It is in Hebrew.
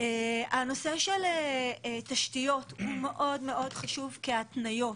הנושא של תשתיות הוא מאוד מאוד חשוב כהתניות.